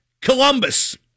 Columbus